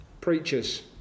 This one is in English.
preachers